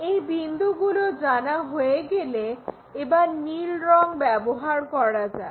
এই বিন্দুগুলো জানা হয়ে গেলে এবার নীল রং ব্যবহার করা যাক